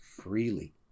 freely